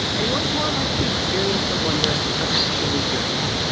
and he wants more of us to experience the wonder of actually hearing it